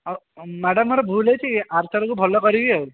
ଆଉ ମ୍ୟାଡ଼ାମ ମୋର ଭୁଲ ହୋଇଛି ଆରଥରକୁ ଭଲ କରିବି ଆଉ